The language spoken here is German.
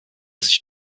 sich